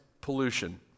pollution